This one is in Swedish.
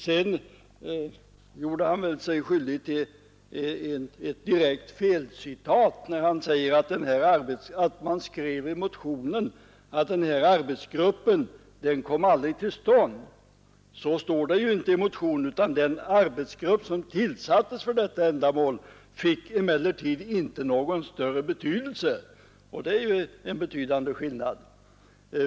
Sedan gjorde nog herr Johansson sig skyldig till ett direkt felcitat när han sade att det heter i motionen att arbetsgruppen aldrig kom till stånd. Så står det inte i motionen, utan det står: Den arbetsgrupp som tillsattes för detta ändamål fick emellertid inte någon större betydelse; och det är en betydande skillnad.